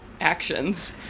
actions